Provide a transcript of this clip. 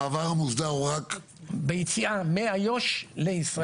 המעבר המוסדר הוא רק ביציאה מאיו"ש לישראל.